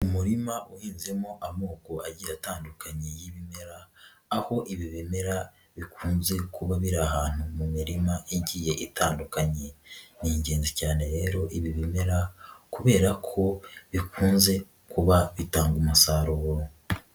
Umurima uhinzemo amoko agiye atandukanye y'ibimera, aho ibi bimera bikunze kuba biri ahantu mu mirima igiye itandukanye, ni ngenzi cyane rero ibi bimera kubera ko bikunze kuba bitanga umusaruro.